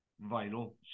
vital